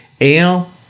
ale